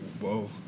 Whoa